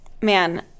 man